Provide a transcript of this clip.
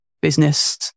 business